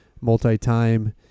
multi-time